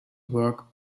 work